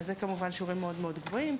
אז אלה כמובן שיעורים מאוד מאוד גבוהים.